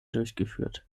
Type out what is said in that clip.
durchgeführt